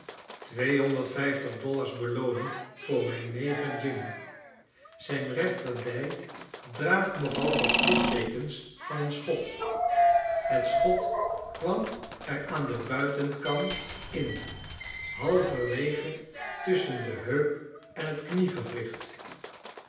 dollars belooning voor mjn neger jim zijn rechterdij draagt nogal wat litteekens van een schot het schot kwam er aan den buitenkant in halverwege tusschen de heup en kniegewrichten